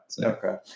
Okay